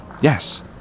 Yes